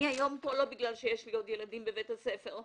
אני היום פה לא בגלל שיש לי עוד ילדים בבית הספר,